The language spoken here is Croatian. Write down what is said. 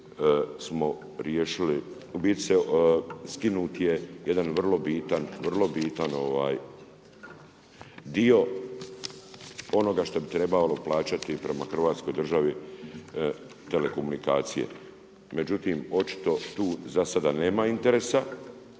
rasprave u biti skinut je jedan vrlo bitan dio onoga što bi trebalo plaćati prema hrvatskoj državi telekomunikacije. Međutim, očito tu zasada nema interesa